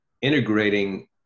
integrating